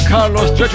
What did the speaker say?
Carlos